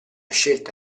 scelta